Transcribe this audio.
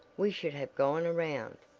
we should have gone around.